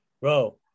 bro